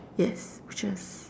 yes butchers